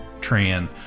Tran